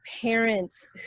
parents